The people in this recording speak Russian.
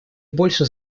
больше